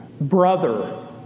brother